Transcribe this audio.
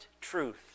truth